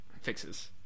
fixes